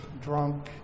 drunk